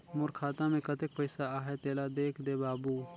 मोर खाता मे कतेक पइसा आहाय तेला देख दे बाबु?